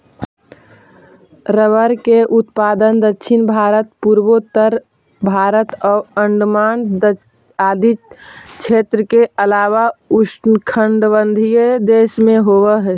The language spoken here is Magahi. रबर के उत्पादन दक्षिण भारत, पूर्वोत्तर भारत आउ अण्डमान आदि क्षेत्र के अलावा उष्णकटिबंधीय देश में होवऽ हइ